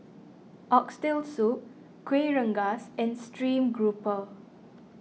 Oxtail Soup Kuih Rengas and Stream Grouper